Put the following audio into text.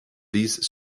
these